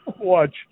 watch